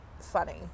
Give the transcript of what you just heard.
funny